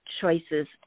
choices